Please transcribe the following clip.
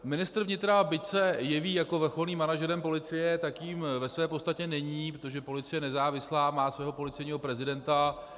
Ministr vnitra, byť se jeví jako vrcholným manažerem policie, tak jím ve své podstatě není, protože policie je nezávislá, má svého policejního prezidenta.